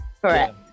Correct